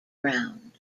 ground